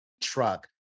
truck